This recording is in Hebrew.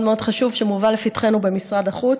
מאוד חשוב שמובא לפתחנו במשרד החוץ.